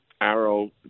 Arrow